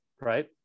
right